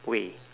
way